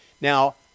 Now